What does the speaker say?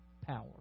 power